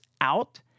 out